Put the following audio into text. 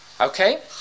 Okay